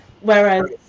Whereas